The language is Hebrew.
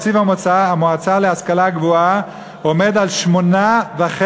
תקציב המועצה להשכלה גבוהה עומד על 8.5